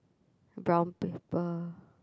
brown paper